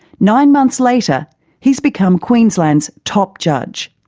nine months later he's become queensland's top judge.